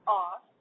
off